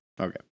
Okay